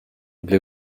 blue